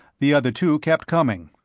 the other two kept coming.